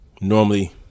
normally